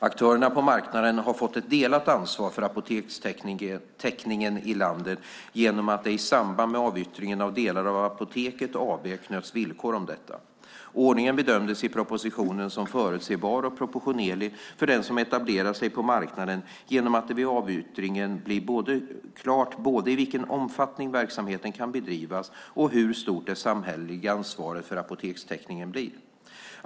Aktörerna på marknaden har fått ett delat ansvar för apotekstäckningen i landet genom att det i samband med avyttringen av delar av Apoteket AB knöts villkor om detta. Ordningen bedömdes i propositionen som förutsebar och proportionerlig för den som etablerar sig på marknaden genom att det vid avyttringen blir klart både i vilken omfattning verksamheten kan bedrivas och hur stort det samhälleliga ansvaret för apotekstäckningen blir.